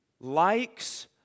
likes